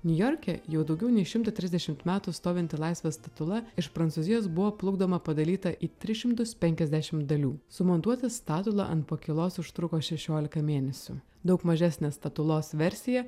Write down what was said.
niujorke jau daugiau nei šimtą trisdešimt metų stovinti laisvės statula iš prancūzijos buvo plukdoma padalyta į tris šimtus penkiasdešimt dalių sumontuoti statulą ant pakylos užtruko šešiolika mėnesių daug mažesnę statulos versiją